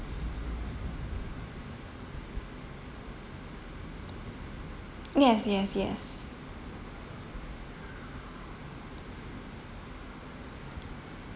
yes yes yes